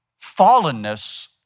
fallenness